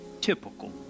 typical